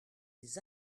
les